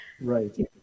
Right